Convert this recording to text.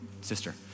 sister